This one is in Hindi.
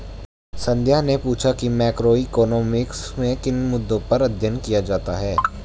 संध्या ने पूछा कि मैक्रोइकॉनॉमिक्स में किन मुद्दों पर अध्ययन किया जाता है